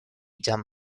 jam